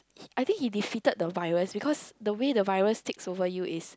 I think he defeated the virus because the way the virus takes over you is